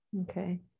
Okay